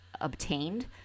obtained